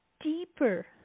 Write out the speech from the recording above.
deeper